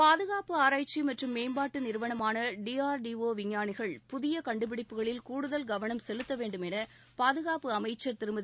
பாதுகாப்பு ஆராய்ச்சி மற்றும் மேம்பாட்டு நிறுவனமான டிஆர்டிஓ விஞ்ஞானிகள் புதிய கண்டுபிடிப்புகளில் கூடுதல் கவனம் செலுத்த வேண்டும் என பாதுகாப்பு அமைச்சர் திருமதி